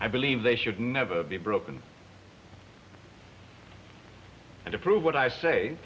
i believe they should never be broken and to prove what i say